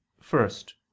first